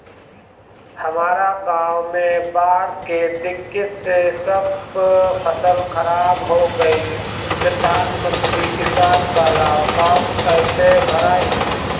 हमरा गांव मे बॉढ़ के दिक्कत से सब फसल खराब हो गईल प्रधानमंत्री किसान बाला फर्म कैसे भड़ाई?